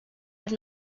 have